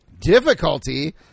Difficulty